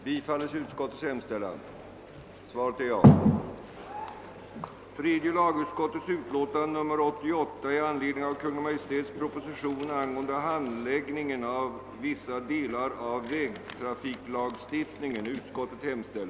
«skrivelser till Sedan alla under avsnittet Remisser till lagrådet anmälda talare nu haft Kungl. Maj:t ordet övergår kammaren till att debattera Riksdagens skrivelser till Kungl. Maj:t.